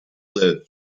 live